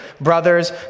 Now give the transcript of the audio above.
brothers